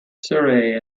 surrey